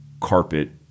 carpet